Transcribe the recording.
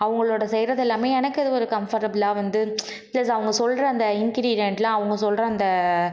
அவங்களோட செய்கிறது எல்லாமே எனக்கு அது ஒரு கம்ஃபர்ட்டபுளாக வந்து ப்ளஸ் அவங்க சொல்கிற அந்த இன்கீரியண்ட்லாம் அவங்க சொல்கிற அந்த